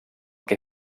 que